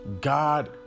God